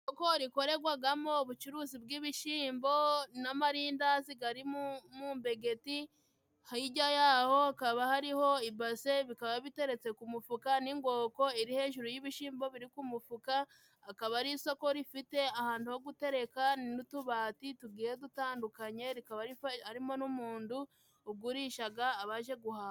Isoko rikoregwagamo ubucuruzi bw'ibishimbo n'amarindazi gari mu mbegeti. Hirya yaho hakaba hariho ibase, bikaba biteretse ku mufuka n'ingoko iri hejuru y'ibishimbo biri ku mufuka. Akaba ari isoko rifite ahandu ho gutereka n'utubati tugiye dutandukanye. Rikaba harimo n'umundu ugurishaga abaje guhaha.